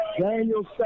Daniel